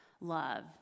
Love